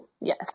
Yes